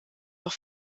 auch